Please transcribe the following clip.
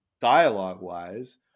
dialogue-wise